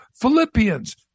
Philippians